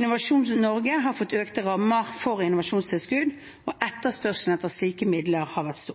Innovasjon Norge har fått økte rammer for innovasjonstilskudd, og etterspørselen etter slike midler har vært